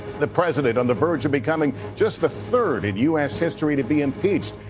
the president on the verge of becoming just the third in u s. history to be impeached,